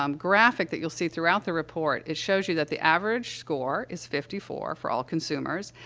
um graphic that you'll see throughout the report, it shows you that the average score is fifty four for all consumers,